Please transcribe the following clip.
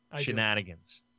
Shenanigans